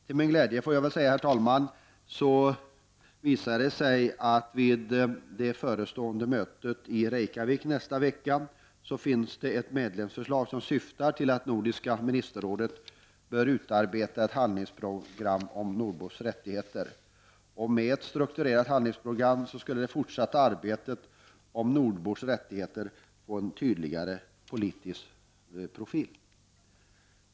Till min glädje visar det sig att vid det förestående mötet i Reykjavik nästa vecka finns det ett medlemsförslag som syftar till att Nordiska ministerrådet bör utarbeta ett handlingsprogram om ”Nordbors rättigheter”. Med ett strukturerat handlingsprogram skulle det fortsatta arbetet med nordbors rättigheter få en tydligare politisk profil.